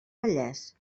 vallès